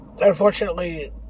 Unfortunately